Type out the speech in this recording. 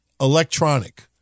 Electronic